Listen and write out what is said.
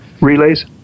relays